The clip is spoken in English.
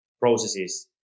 processes